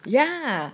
yeah